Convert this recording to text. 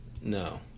no